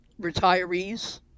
retirees